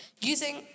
using